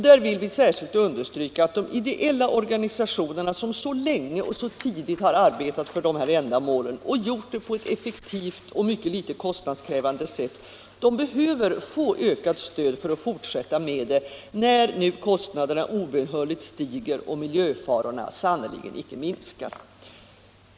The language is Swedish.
Vi vill särskilt understryka att de ideella organisationerna, som så tidigt och så länge arbetat för dessa ändamål och gjort det på ett effektivt och föga kostnadskrävande sätt, behöver få ökat stöd för att kunna fortsätta med det, när kostnaderna obönhörligt stiger och miljöfarorna sannerligen inte minskar.